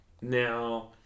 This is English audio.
Now